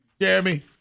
Jeremy